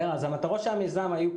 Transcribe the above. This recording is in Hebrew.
המטרות של המיזם היו,